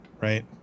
right